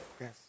Yes